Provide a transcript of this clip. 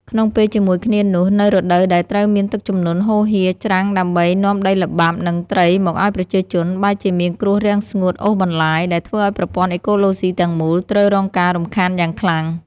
ក្នុងពេលជាមួយគ្នានោះ នៅរដូវដែលត្រូវមានទឹកជំនន់ហូរហៀរច្រាំងដើម្បីនាំដីល្បាប់ និងត្រីមកឱ្យប្រជាជន បែរជាមានគ្រោះរាំងស្ងួតអូសបន្លាយ ដែលធ្វើឱ្យប្រព័ន្ធអេកូឡូស៊ីទាំងមូលត្រូវរងការរំខានយ៉ាងខ្លាំង។